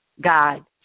God